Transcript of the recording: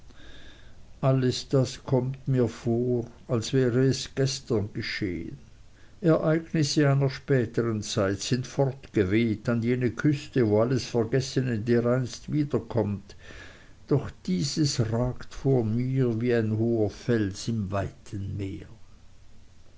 alles das kommt mir vor als wäre es gestern geschehen ereignisse einer spätern zeit sind fortgeweht an jene küste wo alles vergessene dereinst wiederkommt doch dieses ragt vor mir wie ein hoher fels im weiten meer